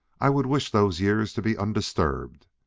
i would wish those years to be undisturbed.